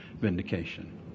vindication